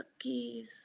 cookies